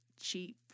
cheap